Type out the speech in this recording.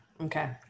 Okay